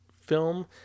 film